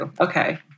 Okay